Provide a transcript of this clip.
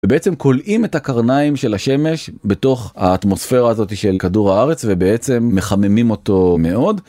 ובעצם קולעים את הקרניים של השמש בתוך האטמוספירה הזאתי של כדור הארץ ובעצם מחממים אותו מאוד.